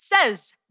says